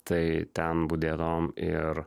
tai ten budėdavom ir